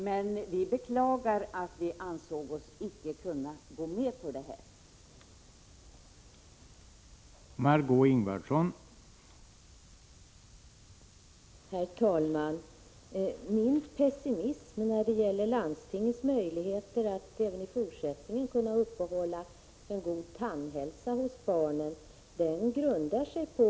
Men vi beklagar att man icke ansåg sig kunna gå med på denna hemmamakesjukpenning.